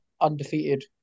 undefeated